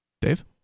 dave